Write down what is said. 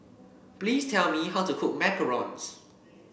please tell me how to cook macarons